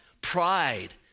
pride